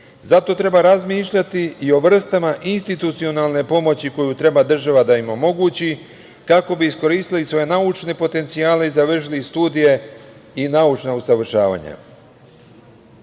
zato treba razmišljati i o vrstama institucionalne pomoći koju treba država da im omogući kako bi iskoristili svoje naučne potencijale i završili studije i naučna usavršavanja. Iskoristio